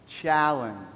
challenge